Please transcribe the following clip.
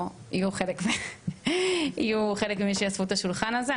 יהיו חלק ממי שיהיו סביב השולחן הזה.